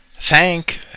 thank